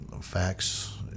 facts